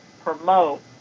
promote